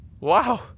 Wow